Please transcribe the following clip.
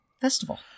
festival